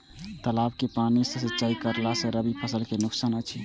तालाब के पानी सँ सिंचाई करला स रबि फसल के नुकसान अछि?